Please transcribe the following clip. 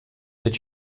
est